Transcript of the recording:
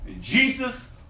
Jesus